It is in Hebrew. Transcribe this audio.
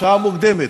בשעה מוקדמת.